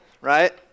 right